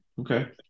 Okay